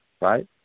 right